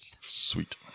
Sweet